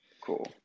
Cool